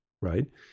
right